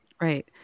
Right